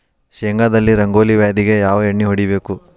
ಶೇಂಗಾದಲ್ಲಿ ರಂಗೋಲಿ ವ್ಯಾಧಿಗೆ ಯಾವ ಎಣ್ಣಿ ಹೊಡಿಬೇಕು?